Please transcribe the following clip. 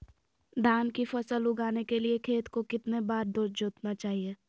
धान की फसल उगाने के लिए खेत को कितने बार जोतना चाइए?